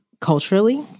culturally